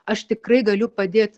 aš tikrai galiu padėt